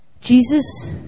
Jesus